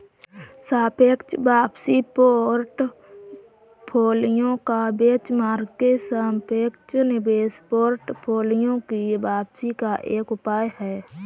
सापेक्ष वापसी पोर्टफोलियो या बेंचमार्क के सापेक्ष निवेश पोर्टफोलियो की वापसी का एक उपाय है